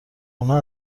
اونها